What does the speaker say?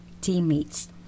teammates